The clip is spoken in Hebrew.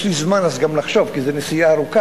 יש לי גם זמן לחשוב, כי זאת נסיעה ארוכה.